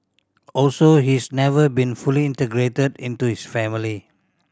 also he's never been fully integrated into his family